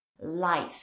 life